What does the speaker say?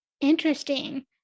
Interesting